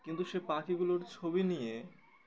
কিন্তু সে পাখিগুলোর ছবি নিয়ে